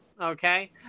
okay